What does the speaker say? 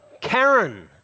Karen